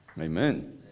Amen